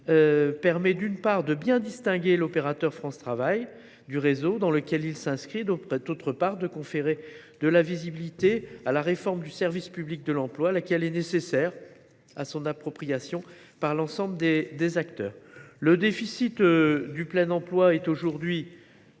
permet, d’une part, de bien distinguer l’opérateur France Travail du réseau dans lequel il s’inscrit et, d’autre part, de conférer de la visibilité à la réforme du service public de l’emploi, laquelle est nécessaire à son appropriation par l’ensemble des acteurs. On l’a vu ces dernières années,